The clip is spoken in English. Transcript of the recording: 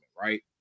right